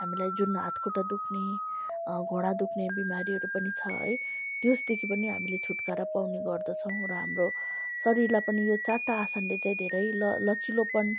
हामीलाई जुन हात खुट्टा दुख्ने घुँडा दुख्ने बिमारीहरू पनि छ है त्यसदेखि पनि हामीले छुटकारा पाउने गर्दछौँ र हाम्रो शरीरलाई पनि यो चारवटा आसनले चाहिँ धेरै ल लचिलोपन